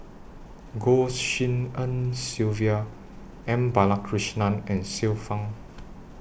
Goh Tshin En Sylvia M Balakrishnan and Xiu Fang